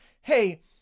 hey